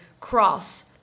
cross